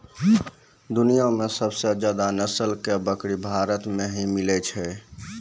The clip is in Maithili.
दुनिया मॅ सबसे ज्यादा नस्ल के बकरी भारत मॅ ही मिलै छै